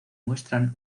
muestran